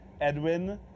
Edwin